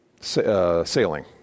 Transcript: sailing